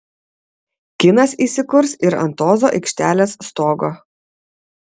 kinas įsikurs ir ant ozo aikštelės stogo